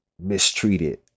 mistreated